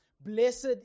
Blessed